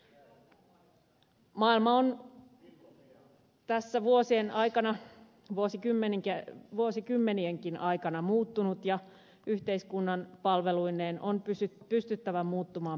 maailma on tässä vuosien aikana vuosikymmenienkin aikana muuttunut ja yhteiskunnan palveluineen on pystyttävä muuttumaan perässä